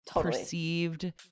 perceived